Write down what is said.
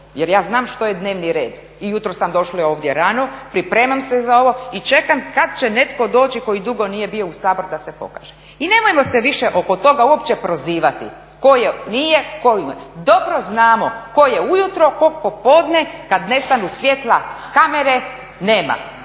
Jer ja znam što je dnevni red i jutros sam došla ovdje rano, pripremam se za ovo i čekam kad će netko doći koji dugo nije bio u Sabor da se pokaže. I nemojmo se više oko toga uopće prozivati, ko nije, ko je, dobro znamo ko je ujutro, ko popodne kad nestanu svjetla kamere nema.